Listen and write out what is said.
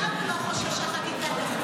גם הוא לא חושב שהחקיקה נכונה.